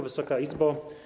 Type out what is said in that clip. Wysoka Izbo!